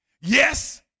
yes